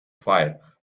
file